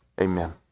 Amen